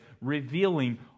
revealing